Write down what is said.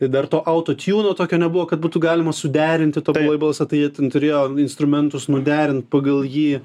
ir dar to autotjuno tokio nebuvo kad būtų galima suderinti tobulai balsą tai jie ten turėjo instrumentus nuderint pagal jį